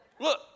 Look